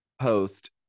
post